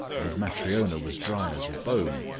and matryona was dry as a bone,